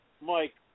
Mike